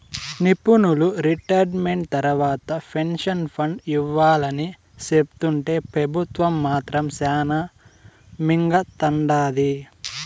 నిపునులు రిటైర్మెంట్ తర్వాత pension fund ఇవ్వాలని సెప్తుంటే పెబుత్వం మాత్రం శానా మింగతండాది